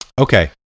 Okay